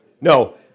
No